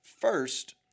First